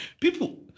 People